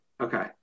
okay